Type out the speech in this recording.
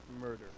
murder